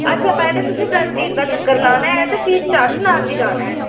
अच्छा पैह्लें तुसें डल झील दा चक्कर लाना ऐ ते फ्ही चार चिनार बी जाना ऐ